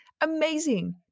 amazing